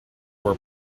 were